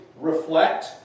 reflect